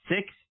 six